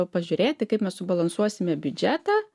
pažiūrėti kaip mes subalansuosime biudžetą